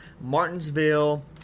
Martinsville-